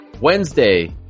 Wednesday